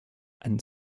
and